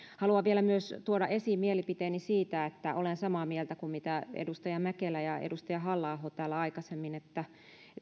haluan myös tuoda esiin mielipiteeni siitä että olen samaa mieltä kuin edustaja mäkelä ja edustaja halla aho täällä aikaisemmin että